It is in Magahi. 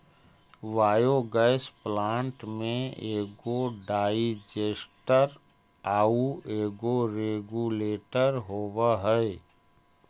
बायोगैस प्लांट में एगो डाइजेस्टर आउ एगो रेगुलेटर होवऽ हई